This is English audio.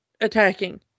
attacking